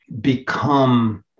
become